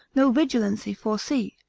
no vigilancy foresee,